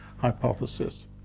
hypothesis